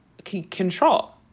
control